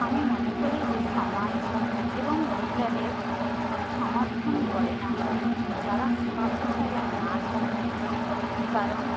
আমি মনে করি যে সমাজ এবং মহিলাদের সমর্থন করে না যারা শখ হিসাবে নাচ করতে চায় কারণ